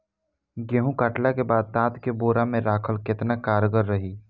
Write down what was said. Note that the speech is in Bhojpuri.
गेंहू कटला के बाद तात के बोरा मे राखल केतना कारगर रही?